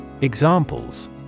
Examples